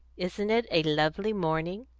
isn't it a lovely morning?